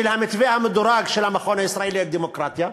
של המתווה המדורג של המכון הישראלי לדמוקרטיה,